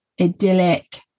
idyllic